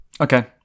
Okay